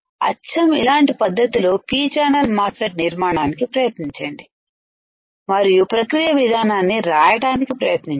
అచ్చం ఇలాంటి పద్ధతిలో P ఛానల్ మాస్ ఫెట్ నిర్మాణానికి ప్రయత్నించండి మరియు ప్రక్రియ విధానాన్ని రాయటానికి ప్రయత్నించండి